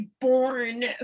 born